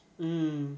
mm